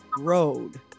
Road